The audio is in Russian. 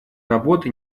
работы